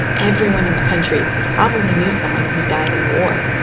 everyone in the country probably knew someone who died in the war,